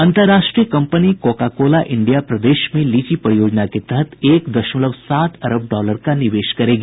अंतर्राष्ट्रीय company Coca Cola India प्रदेश में लीची परियोजना के तहत एक दशमलव सात अरब डॉलर का निवेश करेगी